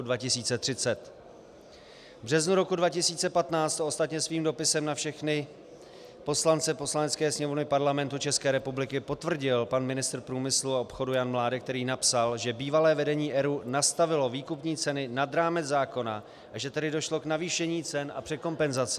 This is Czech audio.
V březnu roku 2015 to ostatně svým dopisem na všechny poslance Poslanecké sněmovny Parlamentu České republiky potvrdil pan ministr průmyslu a obchodu Jan Mládek, který napsal, že bývalé vedení ERÚ nastavilo výkupní ceny nad rámec zákona, a že tedy došlo k navýšení cen a překompenzaci.